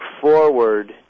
forward